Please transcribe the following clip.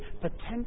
potential